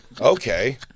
okay